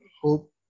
hope